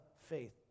faith